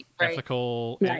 Ethical